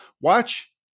watch